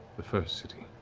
the first city